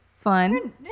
fun